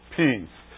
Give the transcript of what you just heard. peace